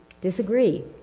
disagree